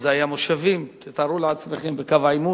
ואלה היו מושבים, תארו לעצמכם, בקו העימות.